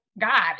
god